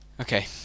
Okay